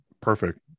Perfect